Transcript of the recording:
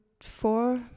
four